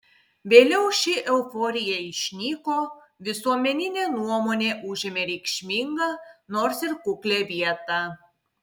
vėliau ši euforija išnyko visuomeninė nuomonė užėmė reikšmingą nors ir kuklią vietą